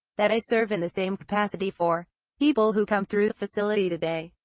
that i serve in the same capacity for people who come through the facility today,